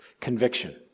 Conviction